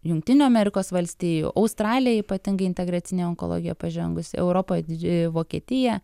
jungtinių amerikos valstijų australijoj ypatinga integracinė onkologija pažengusi europoj didž vokietija